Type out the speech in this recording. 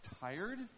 tired